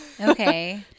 Okay